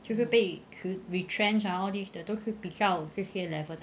就是被辞 retrenched all these 的都是比较这些 level 的